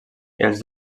els